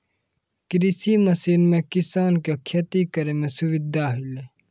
कृषि मसीन सें किसान क खेती करै में सुविधा होलय